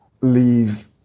leave